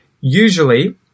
Usually